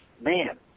man